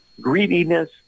greediness